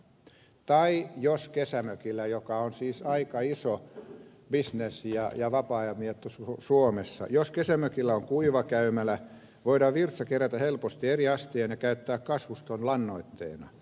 tai jos kesämökillä joka on siis aika iso bisnes ja vapaa ajanviettotapa suomessa on kuivakäymälä voidaan virtsa kerätä helposti eri astiaan ja käyttää kasvuston lannoitteena